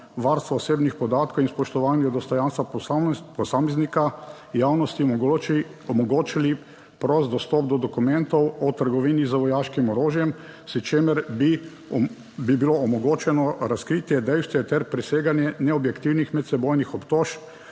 varstva osebnih podatkov in spoštovanju dostojanstva posameznika javnosti omogočili prost dostop do dokumentov o trgovini z vojaškim orožjem, s čimer bi bilo omogočeno razkritje dejstev ter preseganje neobjektivnih medsebojnih obtožb